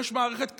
יש מערכת כללים.